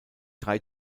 drei